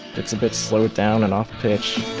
it's a bit slow it down and off pitch.